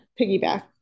piggyback